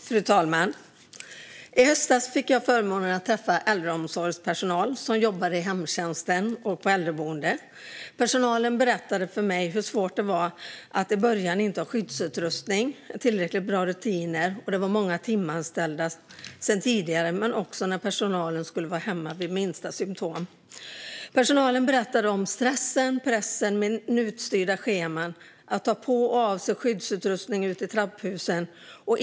Fru talman! I höstas fick jag förmånen att träffa äldreomsorgspersonal som jobbar i hemtjänsten och på äldreboende. Personalen berättade för mig hur svårt det var att i början inte ha skyddsutrustning eller tillräckligt bra rutiner. Det fanns många timanställda sedan tidigare men också för att personalen skulle vara hemma vid minsta symtom. Personalen berättade om stressen, pressen och minutstyrda scheman och om att ta på och av sig skyddsutrustning ute i trapphusen.